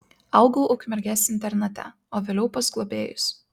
augau ukmergės internate o vėliau pas globėjus